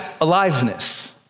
aliveness